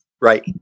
right